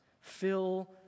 fill